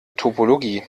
topologie